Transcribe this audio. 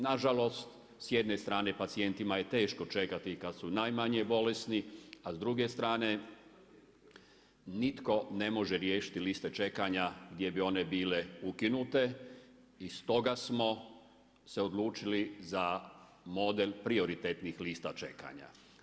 Na žalost s jedne strane pacijentima je teško čekati kad su najmanje bolesni, a s druge strane nitko ne može riješiti liste čekanja gdje bi one bile ukinute i stoga smo se odlučili za model prioritetnih lista čekanja.